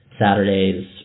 Saturdays